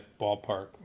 ballpark